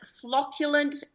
flocculent